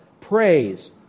Praise